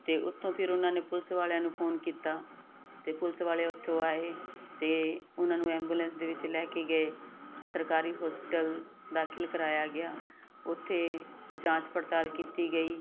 ਤੇ ਉਥੋਂ ਫਿਰ ਉਹਨਾਂ ਨੇ ਪੁਲਿਸ ਵਾਲਿਆਂ ਨੂੰ ਫੋਨ ਕੀਤਾ ਤੇ ਪੁਲਿਸ ਵਾਲੇ ਉਥੋਂ ਆਏ ਤੇ ਉਹਨਾਂ ਨੂੰ ਐਬੂਲੈਂਸ ਦੇ ਵਿੱਚ ਲੈ ਕੇ ਗਏ ਸਰਕਾਰੀ ਹੋਸਪੀਟਲ ਦਾਖਿਲ ਕਰਾਇਆ ਗਿਆ ਉਥੇ ਜਾਂਚ ਪੜਤਾਲ ਕੀਤੀ ਗਈ